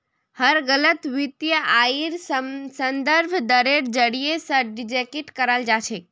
हर गलत वित्तीय आइर संदर्भ दरेर जरीये स डिटेक्ट कराल जा छेक